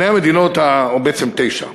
או בעצם תשע,